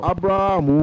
Abraham